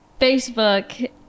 Facebook